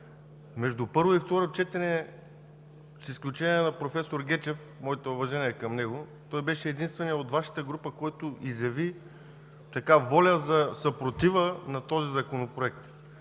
Между първо и второ четене, с изключение на професор Гечев, моите уважения към него – единственият от Вашата група, който изяви воля за съпротива на този законопроект.